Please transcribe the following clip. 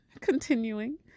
continuing